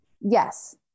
yes